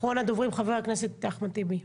אחרון הדוברים, חבר הכנסת אחמד טיבי.